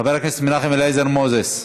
חבר הכנסת מנחם אליעזר מוזס,